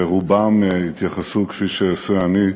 ורובם התייחסו, כפי שאעשה אני,